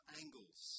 angles